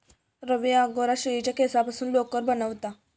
रवी angora शेळीच्या केसांपासून लोकर बनवता